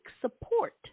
support